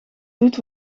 doet